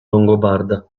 longobarda